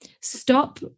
stop